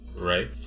Right